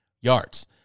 yards